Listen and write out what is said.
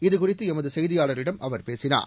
இதுகுறித்து எமது செய்தியாளரிடம் அவர் பேசினார்